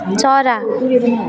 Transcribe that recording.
चरा